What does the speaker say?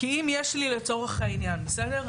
כי אם יש לי לצורך העניין, בסדר?